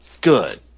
Good